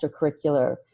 extracurricular